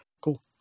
Cool